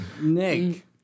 Nick